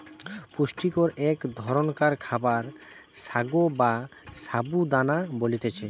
পুষ্টিকর এক ধরণকার খাবার সাগো বা সাবু দানা বলতিছে